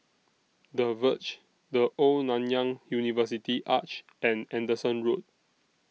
The Verge The Old Nanyang University Arch and Anderson Road